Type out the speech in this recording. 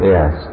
Yes